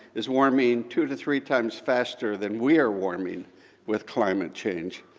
is warming two to three times faster than we are warming with climate change,